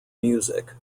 music